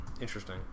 Interesting